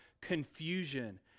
confusion